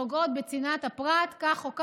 שפוגעות בצנעת הפרט, כך או כך,